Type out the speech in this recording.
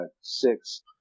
six